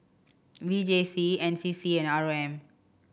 V J C N C C and R O M